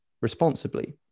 responsibly